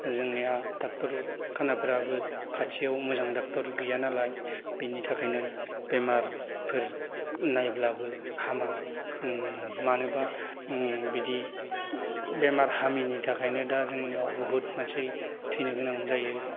जोंनिया ड'क्टरखानाफोराबो खाथियाव मोजां ड'क्टर गैया नालाय बिनि थाखायनो बेमारफोर नायब्लाबो हामा ओम मानोबा ओम बिदि बेमार हामिनि थाखायनो दा जोंनाव बहुद मानसि थैनो गोनां जायो